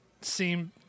seem